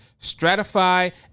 Stratify